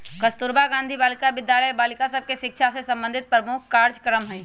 कस्तूरबा गांधी बालिका विद्यालय बालिका सभ के शिक्षा से संबंधित प्रमुख कार्जक्रम हइ